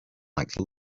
like